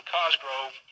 Cosgrove